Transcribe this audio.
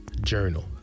Journal